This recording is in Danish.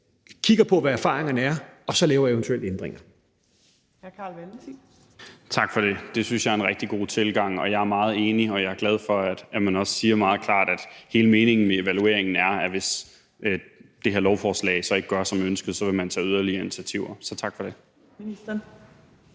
kigger på, hvad erfaringerne er, og så laver vi eventuelle ændringer.